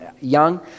young